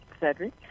Cedric